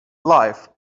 life